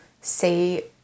see